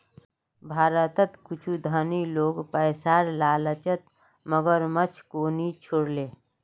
भारतत कुछू धनी लोग पैसार लालचत मगरमच्छको नि छोड ले